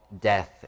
death